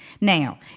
Now